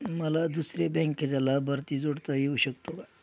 मला दुसऱ्या बँकेचा लाभार्थी जोडता येऊ शकतो का?